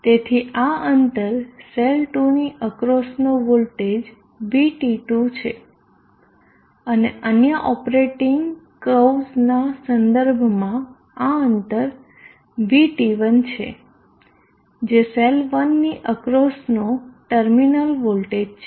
તેથી આ અંતર સેલ 2ની અક્રોસનો વોલ્ટેજ VT2 છે અને અન્ય ઓપરેટિંગ કર્વના સંદર્ભમાં આ અંતર VT1 છે જે સેલ 1ની અક્રોસનો ટર્મિનલ વોલ્ટેજ છે